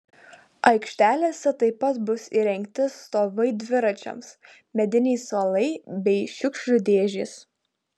aikštelėse taip pat bus įrengti stovai dviračiams mediniai suolai bei šiukšlių dėžės